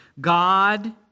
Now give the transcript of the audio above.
God